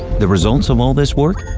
the results of all this work?